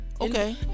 okay